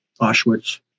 Auschwitz